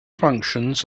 functions